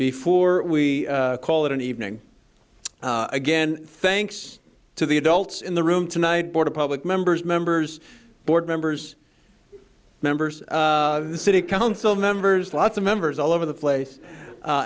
before we call it an evening again thanks to the adults in the room tonight border public members members board members members of the city council members lots of members all over the place